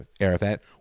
Arafat